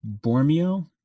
Bormio